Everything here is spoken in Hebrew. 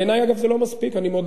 בעיני, אגב, זה לא מספיק, אני מודה.